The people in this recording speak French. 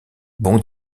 bon